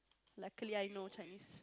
luckily I know Chinese